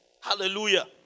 Hallelujah